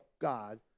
God